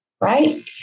Right